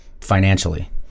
financially